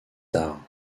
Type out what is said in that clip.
tard